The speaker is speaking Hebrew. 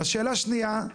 השאלה השנייה,